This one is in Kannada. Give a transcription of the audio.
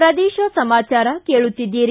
ಪ್ರದೇಶ ಸಮಾಚಾರ ಕೇಳುತ್ತಿದ್ದೀರಿ